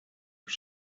are